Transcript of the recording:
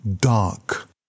dark